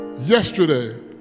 yesterday